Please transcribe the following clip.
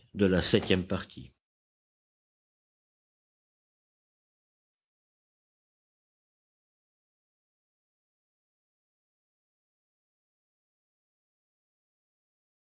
de la lune cinquième partie